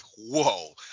whoa